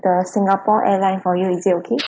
the Singapore Airline for you is it okay